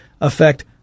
affect